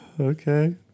Okay